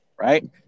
right